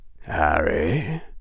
Harry